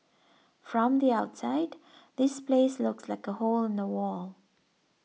from the outside this place looks like a hole in the wall